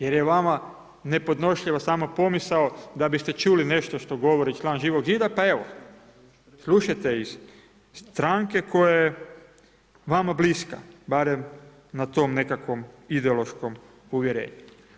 Jer je vama nepodnošljiva sama pomisao, da biste čuli nešto što govori član Živog zida, pa evo, slušajte iz stranke koje vama bliska, barem na tom nekakvom ideološkom uvjerenju.